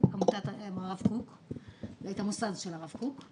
עמותת מוסד הרב קוק,